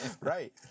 Right